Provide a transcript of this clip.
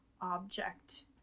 object